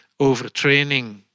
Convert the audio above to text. overtraining